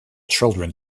children